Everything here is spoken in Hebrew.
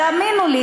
תאמינו לי,